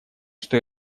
что